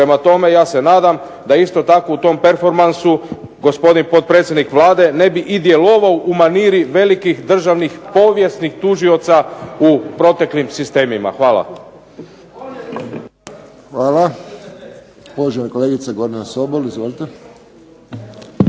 Prema tome, ja se nadam da isto tako u tom performansu gospodin potpredsjednik Vlade ne bi i djelovao u maniri velikih državnih povijesnih tužioca u proteklim sistemima. Hvala. **Friščić, Josip (HSS)** Uvažena kolegica Gordana Sobol. Izvolite.